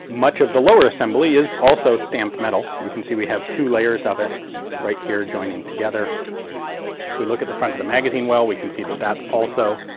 much of the lower assembly is also stamped metal. you can see, we have two layers of it right here joining together. if we look at the front of the magazine well, we can see that's also